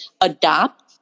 adopt